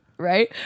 right